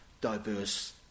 diverse